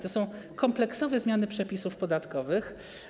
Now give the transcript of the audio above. To są kompleksowe zmiany przepisów podatkowych.